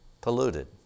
Polluted